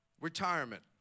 retirement